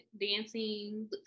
dancing